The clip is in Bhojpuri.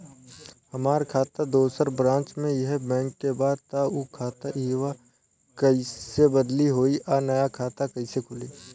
हमार खाता दोसर ब्रांच में इहे बैंक के बा त उ खाता इहवा कइसे बदली होई आ नया खाता कइसे खुली?